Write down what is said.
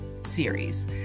series